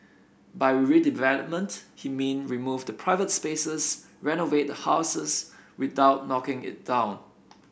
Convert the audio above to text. by redevelopment he mean remove the private spaces renovate the houses without knocking it down